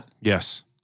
Yes